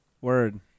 word